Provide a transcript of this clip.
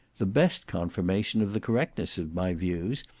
the best confirmation of the correctness of my views,